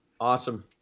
Awesome